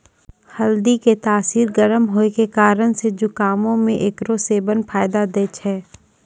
हल्दी के तासीर गरम होय के कारण से जुकामो मे एकरो सेबन फायदा दै छै